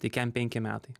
tai kem penki metai